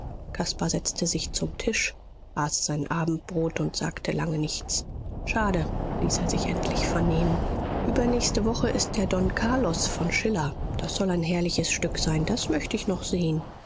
caspar setzte sich zum tisch aß sein abendbrot und sagte lange nichts schade ließ er sich endlich vernehmen übernächste woche ist der don carlos von schiller das soll ein herrliches stück sein das möcht ich noch sehen